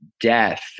death